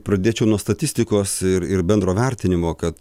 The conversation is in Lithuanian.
pradėčiau nuo statistikos ir ir bendro vertinimo kad